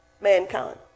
mankind